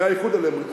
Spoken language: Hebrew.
מהאיחוד הלאומי.